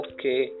Okay